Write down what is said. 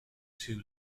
two